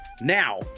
Now